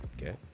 okay